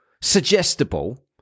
Suggestible